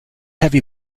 heavy